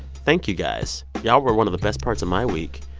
thank you, guys. y'all were one of the best parts of my week.